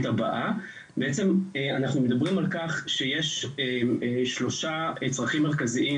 בעצם אנחנו מדברים על כך שישנם שלושה צרכים מרכזיים